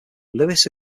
lewis